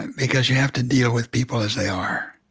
because you have to deal with people as they are.